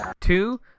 Two